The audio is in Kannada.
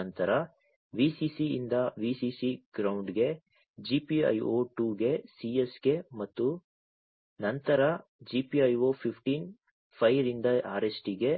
ನಂತರ Vcc ಯಿಂದ Vcc ಗ್ರೌಂಡ್ಗೆ GPIO 2 ಗೆ CS ಗೆ ಮತ್ತು ನಂತರ GPIO 15 5 ರಿಂದ RST ಗೆ